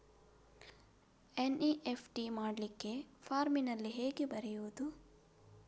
NEFT ಮಾಡ್ಲಿಕ್ಕೆ ಫಾರ್ಮಿನಲ್ಲಿ ಹೇಗೆ ಬರೆಯುವುದು?